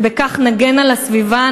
ובכך נגן על הסביבה,